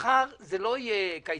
מחר זה לא יהיה קייטנה.